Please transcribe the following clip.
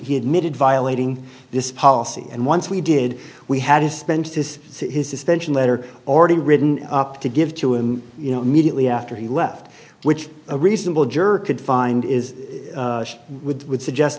he admitted violating this policy and once we did we had to spend this his suspension letter already written up to give to him you know immediately after he left which a reasonable juror could find is with would suggest